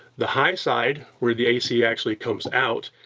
the high side, where the a c actually comes out,